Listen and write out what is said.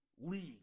league